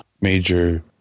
major